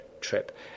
trip